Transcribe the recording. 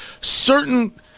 certain